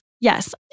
Yes